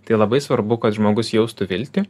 tai labai svarbu kad žmogus jaustų viltį